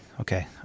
okay